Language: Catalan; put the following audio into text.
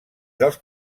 dels